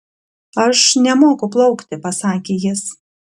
aš nemoku plaukti pasakė jis